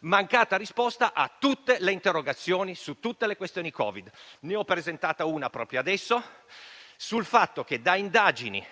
mancata risposta a tutte le interrogazioni su tutte le questioni Covid. Ne ho presentata una proprio adesso sul fatto che, da indagini